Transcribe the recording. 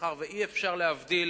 מאחר שאי-אפשר להבדיל